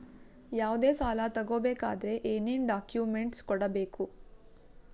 ಯಾವುದೇ ಸಾಲ ತಗೊ ಬೇಕಾದ್ರೆ ಏನೇನ್ ಡಾಕ್ಯೂಮೆಂಟ್ಸ್ ಕೊಡಬೇಕು?